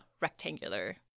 rectangular